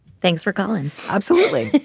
thanks for calling. absolutely.